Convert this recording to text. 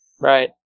right